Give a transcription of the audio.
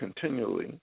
continually